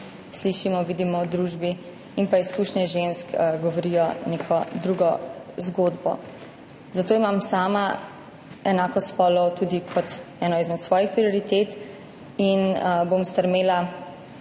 slišimo, vidimo v družbi, in izkušnje žensk govorijo neko drugo zgodbo. Zato imam sama enakost spolov tudi kot eno izmed svojih prioritet in bom stremela